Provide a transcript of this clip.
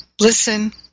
listen